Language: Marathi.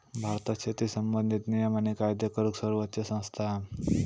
भारतात शेती संबंधित नियम आणि कायदे करूक सर्वोच्च संस्था हा